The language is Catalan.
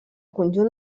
conjunt